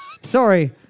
Sorry